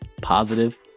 positive